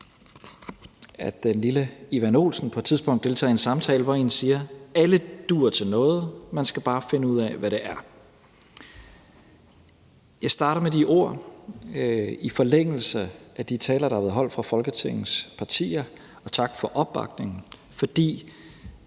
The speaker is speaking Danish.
da den lille Ivan Olsen på et tidspunkt deltager i en samtale, hvor en siger: Alle duer til noget, man skal bare finde ud af, hvad det er. Jeg starter med de ord i forlængelse af de taler, der har været holdt af ordførere for Folketingets partier – og tak for opbakningen – fordi